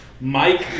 Mike